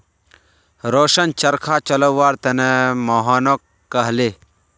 रोशन चरखा चलव्वार त न मोहनक कहले